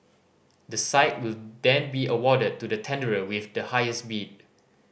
the site will then be awarded to the tenderer with the highest bid